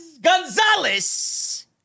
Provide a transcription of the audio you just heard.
Gonzalez